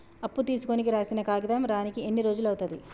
అప్పు తీసుకోనికి రాసిన కాగితం రానీకి ఎన్ని రోజులు అవుతది?